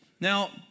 Now